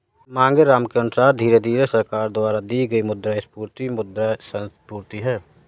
मांगेराम के अनुसार धीरे धीरे सरकार द्वारा की गई मुद्रास्फीति मुद्रा संस्फीति है